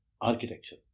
architecture